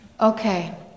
okay